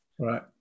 right